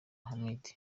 hamidu